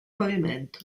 pavimento